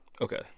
Okay